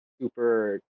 super